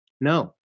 No